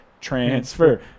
transfer